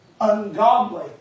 Ungodly